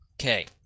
Okay